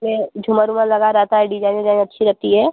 यह झूमर ऊमर लगा रहता है डिजाइन ओजाइन अच्छी रहती है